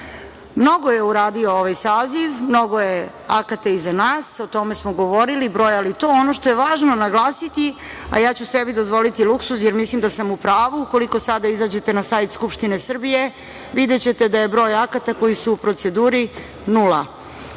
saziv. Mnogo je uradio ovaj saziv, mnogo je akata iza nas, o tome smo govorili. Ono što je važno naglasiti, a ja ću se bi dozvoliti luksuz, jer mislim da sam u pravu, ukoliko sada izađete na sajt Skupštine Srbije, videćete da je broj akata koji su u proceduru nula.